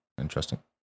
Interesting